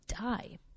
die